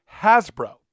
Hasbro